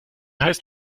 heißt